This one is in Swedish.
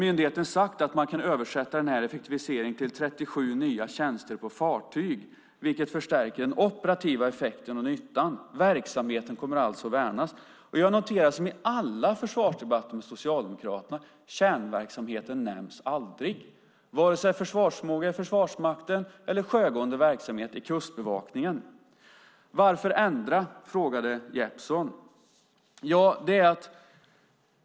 Myndigheten har sagt att man kan översätta den här effektiviseringen till 37 nya tjänster på fartyg, vilket förstärker den operativa effekten och nyttan. Verksamheten kommer alltså att värnas. Jag noterar, som i alla försvarsdebatter med Socialdemokraterna, att kärnverksamheten aldrig nämns, vare sig försvarsförmåga i Försvarsmakten eller sjögående verksamhet i Kustbevakningen. Varför ändra? frågade Jeppsson.